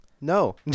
no